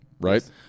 right